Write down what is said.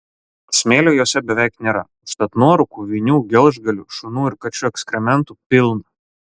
smėlio jose beveik nėra užtat nuorūkų vinių gelžgalių šunų ir kačių ekskrementų pilna